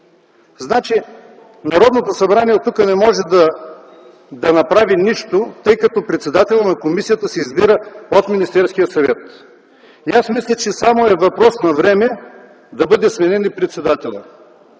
Значи, Народното събрание оттук не може да направи нищо, тъй като председателят на комисията се избира от Министерския съвет. Мисля, че е само въпрос на време да бъде сменен и председателят.